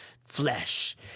flesh